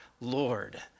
Lord